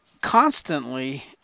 constantly